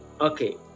Okay